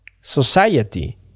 society